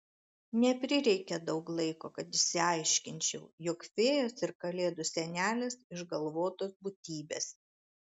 neprireikė daug laiko kad išsiaiškinčiau jog fėjos ir kalėdų senelis išgalvotos būtybės